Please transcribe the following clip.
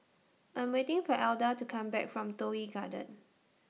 I'm waiting For Alda to Come Back from Toh Yi Garden